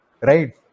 right